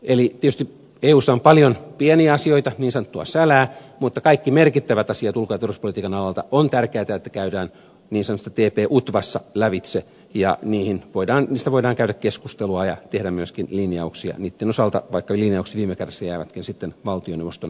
eli tietysti eussa on paljon pieniä asioita niin sanottua sälää mutta on tärkeätä että kaikki merkittävät asiat ulko ja turvallisuuspolitiikan alalta käydään niin sanotussa tp utvassa lävitse ja niistä voidaan käydä keskustelua ja voidaan tehdä myöskin linjauksia niitten osalta vaikka linjaukset viime kädessä jäävätkin sitten valtioneuvoston vastuulle